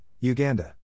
Uganda